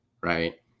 right